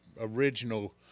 original